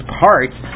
parts